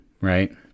right